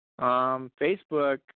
Facebook